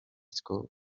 school